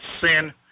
sin